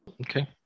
Okay